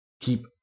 keep